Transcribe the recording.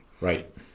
right